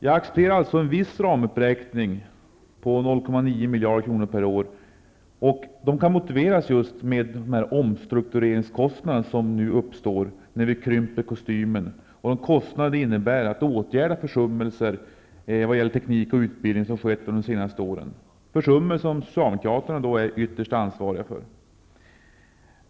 Jag accepterar alltså en viss ramuppräkning på 0,9 miljarder kronor per år, och det kan motiveras just med den omstruktureringskostnad som uppstår när vi nu krymper kostymen och den kostnad det innebär att åtgärda försummelser vad gäller teknik och utbildning som skett under de senaste åren, försummelser som Socialdemokraterna ytterst är ansvariga för.